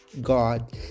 God